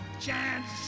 chance